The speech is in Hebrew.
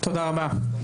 תודה רבה.